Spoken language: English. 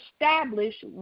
establish